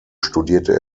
studierte